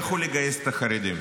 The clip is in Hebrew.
לכו לגייס את החרדים,